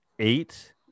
eight